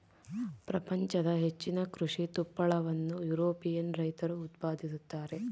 ಪ್ರಪಂಚದ ಹೆಚ್ಚಿನ ಕೃಷಿ ತುಪ್ಪಳವನ್ನು ಯುರೋಪಿಯನ್ ರೈತರು ಉತ್ಪಾದಿಸುತ್ತಾರೆ